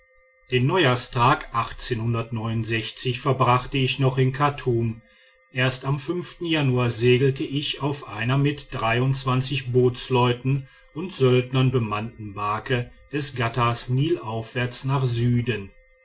den neujahrstag verbrachte ich noch in chartum erst am januar segelte ich auf einer mit bootsleuten und söldnern bemannten barke des ghattas nilaufwärts nach süden